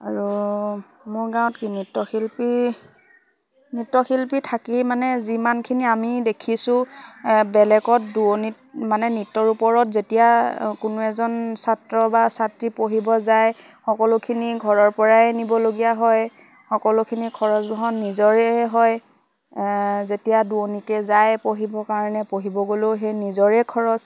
আৰু মোৰ গাঁৱত কি নৃত্যশিল্পী নৃত্যশিল্পী থাকি মানে যিমানখিনি আমি দেখিছোঁ বেলেগত দোৱনিত মানে নৃত্যৰ ওপৰত যেতিয়া কোনো এজন ছাত্ৰ বা ছাত্ৰী পঢ়িব যায় সকলোখিনি ঘৰৰ পৰাই নিবলগীয়া হয় সকলোখিনি খৰচবোহণ নিজৰে হয় যেতিয়া দোৱনিকে যায় পঢ়িবৰ কাৰণে পঢ়িব গ'লেও সেই নিজৰে খৰচ